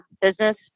business